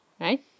right